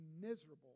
miserable